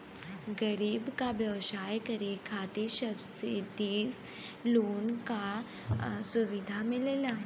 गरीब क व्यवसाय करे खातिर सब्सिडाइज लोन क सुविधा मिलला